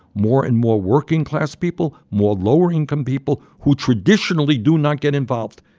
more and more working-class people, more lower-income people who traditionally do not get involved.